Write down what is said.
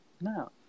No